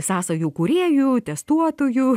sąsajų kūrėju testuotoju